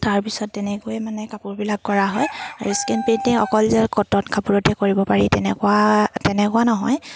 তাৰপিছত তেনেকৈয়ে মানে কাপোৰবিলাক কৰা হয় আৰু স্কিন পেণ্টিং অকল যে কটনত কাপোৰতে কৰিব পাৰি তেনেকুৱা তেনেকুৱা নহয়